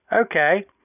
Okay